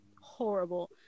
horrible